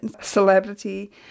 celebrity